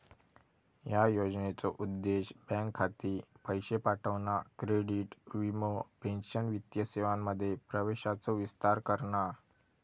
ह्या योजनेचो उद्देश बँक खाती, पैशे पाठवणा, क्रेडिट, वीमो, पेंशन वित्तीय सेवांमध्ये प्रवेशाचो विस्तार करणा